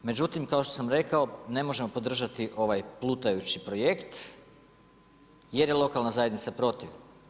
Međutim, kao što sam rekao, ne možemo podržati ovaj plutajući projekt jer je lokalna zajednica protiv.